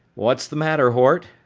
what's the matter, hort?